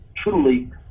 Truly